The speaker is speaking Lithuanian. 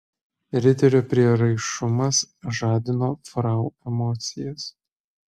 riterio prieraišumas žadino frau emocijas